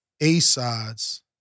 A-sides